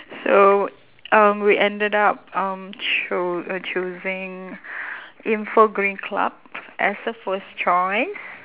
so um we ended up um cho~ uh choosing infogreen club as a first choice